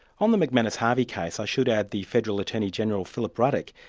on the mcmanus harvey case i should add the federal attorney-general, philip ruddock,